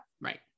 Right